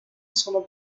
sono